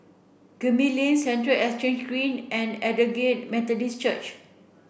Gemmill Lane Central Exchange Green and Aldersgate Methodist Church